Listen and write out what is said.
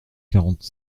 quarante